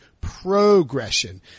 progression